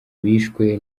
bishwe